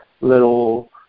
little